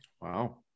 wow